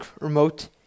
remote